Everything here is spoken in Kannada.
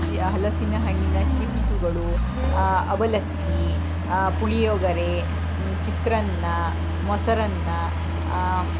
ಚಿ ಹಲಸಿನ ಹಣ್ಣಿನ ಚಿಪ್ಸುಗಳು ಅವಲಕ್ಕಿ ಪುಳಿಯೋಗರೆ ಚಿತ್ರಾನ್ನ ಮೊಸರನ್ನ